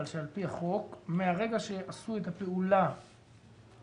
שעל-פי החוק, מהרגע שעשו את הפעולה באינטרנט,